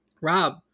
Rob